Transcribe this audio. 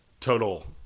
total